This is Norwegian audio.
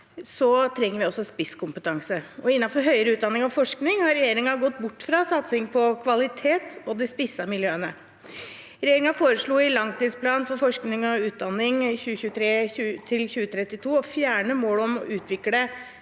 trenger vi også spisskompetanse. Innenfor høyere utdanning og forskning har regjeringen gått bort fra satsing på kvalitet og de spissede miljøene. Regjeringen foreslo i langtidsplanen for forskning og høyere utdanning 2023–2032 å fjerne målet om å utvikle